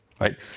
right